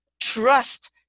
trust